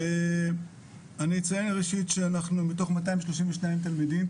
אני אציין ראשית שאנחנו מתוך 232 תלמידים,